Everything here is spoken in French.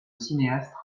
cinéastes